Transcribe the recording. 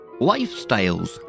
lifestyles